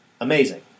amazing